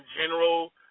general